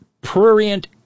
prurient